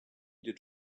did